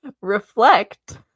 reflect